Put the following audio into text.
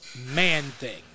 Man-Thing